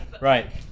Right